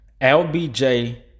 LBJ